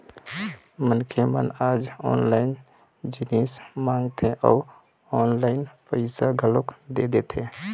मनखे मन आज ऑनलाइन जिनिस मंगाथे अउ ऑनलाइन पइसा घलोक दे देथे